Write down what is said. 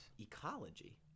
Ecology